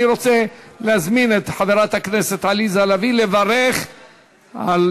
אני רוצה להזמין את חברת הכנסת עליזה לביא לברך על,